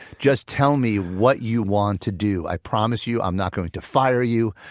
just tell me what you want to do. i promise you, i'm not going to fire you.